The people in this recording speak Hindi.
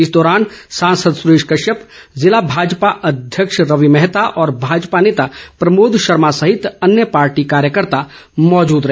इस दौरान सांसद सुरेश कश्यप जिला भाजपा अध्यक्ष रवि मेहता और भाजपा नेता प्रमोद शर्मा सहित अन्य पार्टी कार्यकर्ता मौजूद रहे